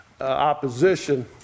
opposition